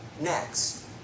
next